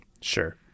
sure